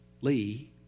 Lee